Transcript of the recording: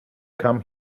come